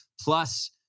plus